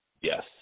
yes